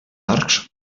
arcs